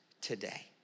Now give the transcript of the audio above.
today